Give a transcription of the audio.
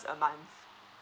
a month